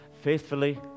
faithfully